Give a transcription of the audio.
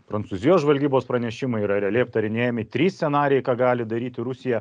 prancūzijos žvalgybos pranešimai yra realiai aptarinėjami trys scenarijai ką gali daryti rusija